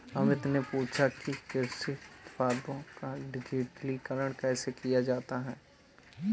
अमित ने पूछा कि कृषि उत्पादों का डिजिटलीकरण कैसे किया जा सकता है?